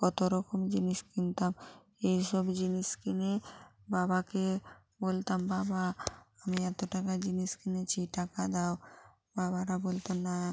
কতো রকম জিনিস কিনতাম এই সব জিনিস কিনে বাবাকে বলতাম বাবা আমি এতো টাকার জিনিস কিনেছি টাকা দাও বাবারা বলতো না